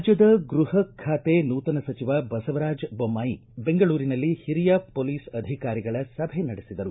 ರಾಜ್ಜದ ಗೃಹ ಖಾತೆ ನೂತನ ಸಚಿವ ಬಸವರಾಜ ಜೊಮ್ಮಾಯಿ ಬೆಂಗಳೂರಿನಲ್ಲಿ ಓರಿಯ ಪೊಲೀಸ್ ಅಧಿಕಾರಿಗಳ ಸಭೆ ನಡೆಸಿದರು